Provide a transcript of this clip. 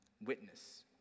witness